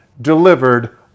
delivered